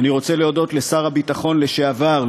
אני רוצה להודות לשר הביטחון לשעבר,